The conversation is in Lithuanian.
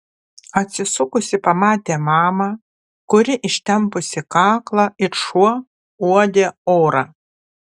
atsisukusi pamatė mamą kuri ištempusi kaklą it šuo uodė orą